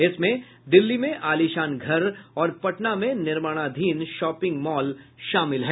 इसमें दिल्ली में आलीशान घर और पटना में निर्माणाधीन शॉपिंग मॉल शामिल है